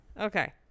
Okay